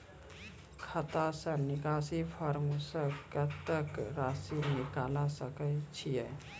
खाता से निकासी फॉर्म से कत्तेक रासि निकाल सकै छिये?